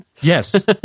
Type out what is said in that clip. Yes